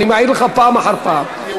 אני מעיר לך פעם אחר פעם.